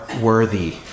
worthy